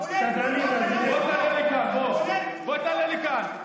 בוא תעלה לכאן.